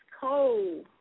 cold